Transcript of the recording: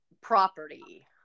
property